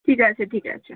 ঠিক আছে ঠিক আছে